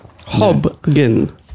Hobgen